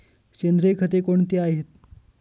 सेंद्रिय खते कोणती आहेत?